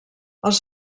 els